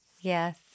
Yes